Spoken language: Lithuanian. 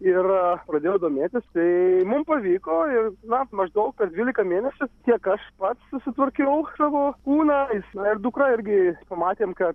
ir pradėjau domėtis tai mum pavyko ir na maždaug per dvylika mėnesių tiek aš pats susitvarkiau savo kūną iš na ir dukrą irgi pamatėm kad